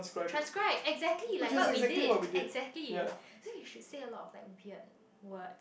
transcribe exactly like we what did exactly then you should say a lot like weird words